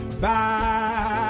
Bye